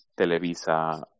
Televisa